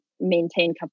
maintain